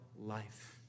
life